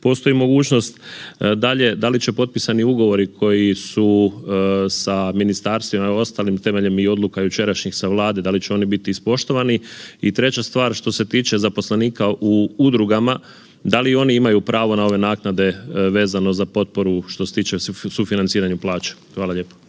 postoji mogućnost? Dalje, da li će potpisani ugovori koji su sa ministarstvima i ostalim temeljem i odluka jučerašnjih sa Vlade da li će oni biti ispoštovani? I treća stvar, što se tiče zaposlenika u udrugama, da li i oni imaju pravo na ove naknade vezano za potporu što se tiče sufinanciranja plaća? Hvala lijepo.